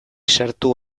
sartu